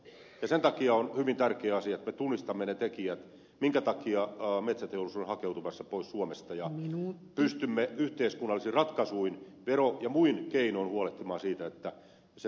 sen takia on hyvin tärkeä asia että me tunnistamme ne tekijät joiden takia metsäteollisuus on hakeutumassa pois suomesta ja pystymme yhteiskunnallisin ratkaisuin vero ja muin keinoin huolehtimaan siitä että se teollisuus pysyy suomessa